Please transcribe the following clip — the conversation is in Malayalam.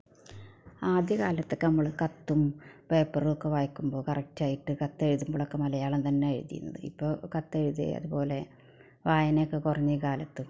ആദ്യകാലത്തക്കെ നമ്മൾ കത്തും പേപ്പറൊക്കെ വായിക്കുമ്പോൾ കറക്റ്റായിട്ട് കത്തെഴുതമ്പളക്കെ മലയാളം തന്നെ എഴുതീരുന്നത് ഇപ്പോൾ കത്തെഴുതി അത് പോലെ വായനെ ഒക്കെ കുറഞ്ഞ കാലത്ത്